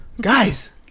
guys